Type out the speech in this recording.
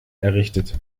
errichtet